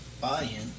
buy-in